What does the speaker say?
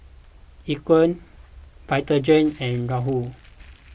Equal Vitagen and Raoul